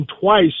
twice